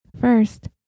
First